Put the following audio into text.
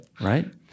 Right